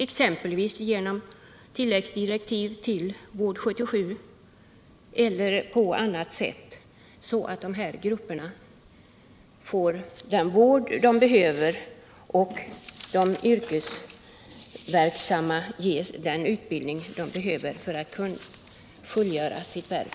Det kan ske genom tilläggsdirektiv till VÅRD 77 eller på annat sätt, så att de här grupperna sjuka får den vård de behöver och de yrkesverksamma ges den utbildning de behöver för att fullgöra sitt värv.